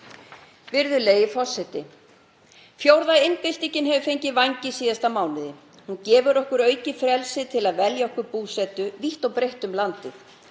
Virðulegi forseti. Fjórða iðnbyltingin hefur fengið vængi síðustu mánuði. Hún gefur okkur aukið frelsi til að velja okkur búsetu vítt og breitt um landið.